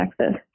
Texas